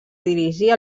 dirigir